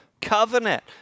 covenant